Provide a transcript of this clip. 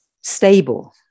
stable